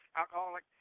alcoholic